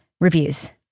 reviews